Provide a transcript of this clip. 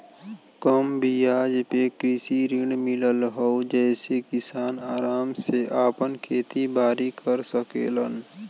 कम बियाज पे कृषि ऋण मिलत हौ जेसे किसान आराम से आपन खेती बारी कर सकेलन